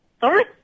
Sorry